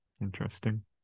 interesting